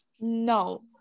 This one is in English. No